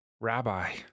Rabbi